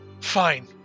Fine